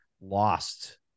lost